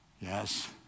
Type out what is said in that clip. Yes